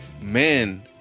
men